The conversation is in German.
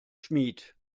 schmied